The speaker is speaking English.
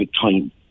time